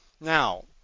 Now